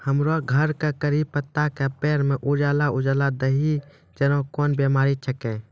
हमरो घर के कढ़ी पत्ता के पेड़ म उजला उजला दही जेना कोन बिमारी छेकै?